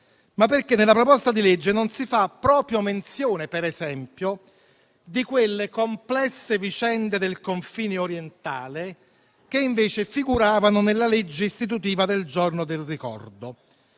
ma perché nella proposta di legge non si fa proprio menzione, per esempio, di quelle complesse vicende del confine orientale che invece figuravano nella legge istitutiva del Giorno del ricordo.